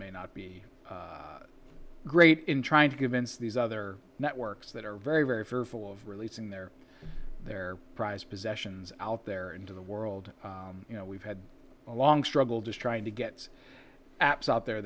may not be great in trying to given these other networks that are very very fearful of releasing their their prized possessions out there into the world you know we've had a long struggle just trying to get apps out there